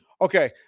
Okay